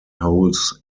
holes